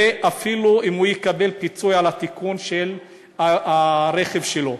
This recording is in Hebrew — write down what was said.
ואפילו אם הוא יקבל פיצוי על התיקון של הרכב שלו.